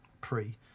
pre